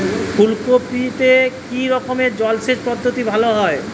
ফুলকপিতে কি রকমের জলসেচ পদ্ধতি ভালো হয়?